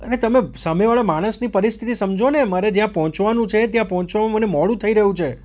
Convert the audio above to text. અને તમે સામેવાળા માણસની પરિસ્થિતિ સમજો ને મારે જ્યાં પહોંચવાનું છે ત્યાં પહોંચવામાં મને મોડું થઈ રહ્યું છે